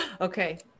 Okay